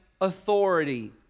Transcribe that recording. authority